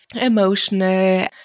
emotional